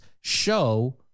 show